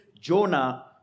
Jonah